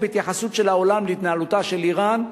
בהתייחסות של העולם להתנהלותה של אירן,